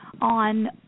on